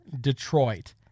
Detroit